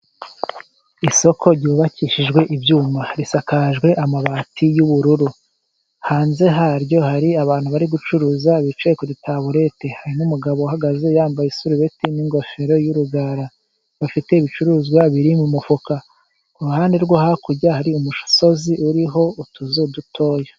Isoko ryubakishijwe ibyuma risakajwe amabati y'ubururu. Hanze haryo hari abantu bari gucuruza bicaye kuri tabureti hari umugabo uhagaze yambaye isarubeti n'ingofero y'urugara. Bafite ibicuruzwa biri mu mufuka, ku kuruhande rwo hakurya hari umusozi uriho utuzu dutoya.